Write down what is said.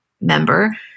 member